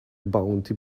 bounty